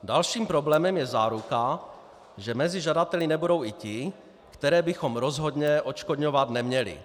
Dalším problémem je záruka, že mezi žadateli nebudou i ti, které bychom rozhodně odškodňovat neměli.